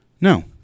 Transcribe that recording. No